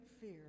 fear